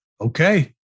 Okay